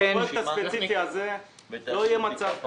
בפרויקט הספציפי הזה לא יהיה מצב כזה.